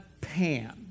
Pan